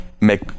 make